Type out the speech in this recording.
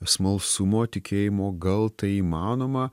smalsumo tikėjimo gal tai įmanoma